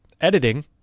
editing